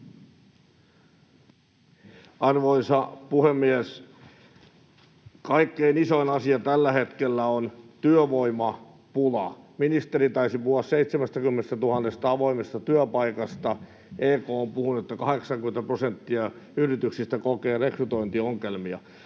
Arvoisa puhemies! Kaikkein isoin asia tällä hetkellä on työvoimapula. Ministeri taisi puhua 70 000 avoimesta työpaikasta. EK on puhunut, että 80 prosenttia yrityksistä kokee rekrytointiongelmia.